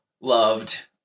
loved